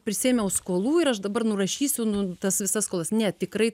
prisiėmiau skolų ir aš dabar nurašysiu nu tas visas skolas ne tikrai